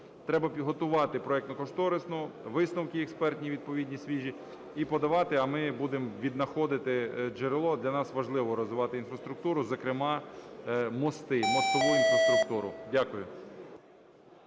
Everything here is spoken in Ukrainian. Треба готувати проектно-кошторисну, висновки експертні відповідні свіжі і подавати, а ми будемо віднаходити джерело. Для нас важливо розвивати інфраструктуру, зокрема мости, мостову інфраструктуру. Дякую.